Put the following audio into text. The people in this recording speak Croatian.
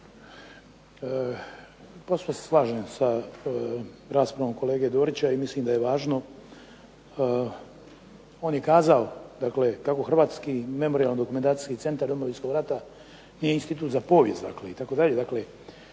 Posve se slažem sa raspravom kolege Dorića i mislim da je važno. On je kazao, dakle kako Hrvatski memorijalno-dokumentacijski centar Domovinskog rata nije institut za povijest